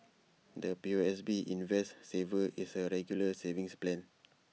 the P O S B invest saver is A regular savings plan